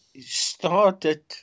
started